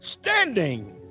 Standing